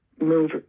move